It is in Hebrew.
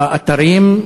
באתרים,